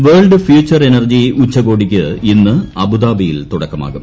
ന് world future energy ഉച്ചകോടിയ്ക്ക് ഇന്ന് അബുദാബിയിൽ തുടക്കമാകും